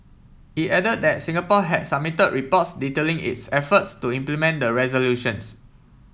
it added that Singapore had submitted reports detailing its efforts to implement the resolutions